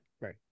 right